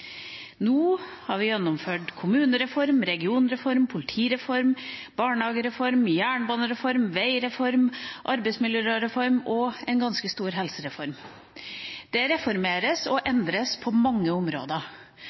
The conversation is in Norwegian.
Nå har vi gjennomført kommunereform, regionreform, politireform, barnehagereform, jernbanereform, veireform, arbeidsmiljøreform og en ganske stor helsereform. Det reformeres og endres på mange områder.